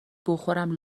بخورم